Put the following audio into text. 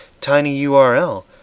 tinyURL